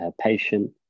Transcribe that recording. patient